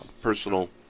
personal